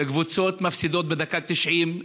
קבוצות מפסידות בדקה ה-90.